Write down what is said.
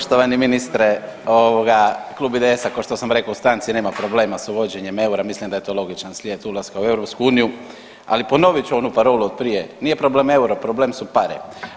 Poštovani ministre, ovoga, Klub IDS-a, kao što sam rekao u stanci, nema problema s uvođenjem eura, mislim da je to logičan slijed ulaska u EU, ali ponovit ću onu parolu od prije, nije problem euro, problem su pare.